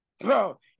bro